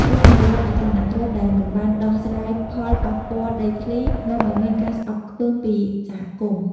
ការអភិវឌ្ឍអចលនទ្រព្យដែលមិនបានដោះស្រាយផលប៉ះពាល់ដីធ្លី នាំឱ្យមានការស្អប់ខ្ពើមពីសហគមន៍។